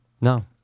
No